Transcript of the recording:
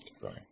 Sorry